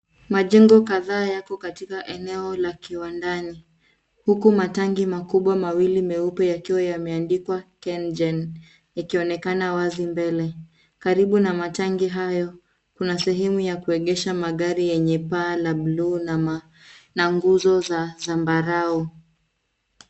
Majengo kadhaa yako katika eneo la kiwandani huku matangi makubwa mawili yakiwa yameandikwa KenGen yakionekana wazi mbele. Karibu na matangi hayo kuna sehemu ya kuegesha magari yenye paa la bluu na nguzo za zambarau.